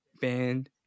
band